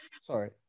Sorry